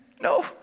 No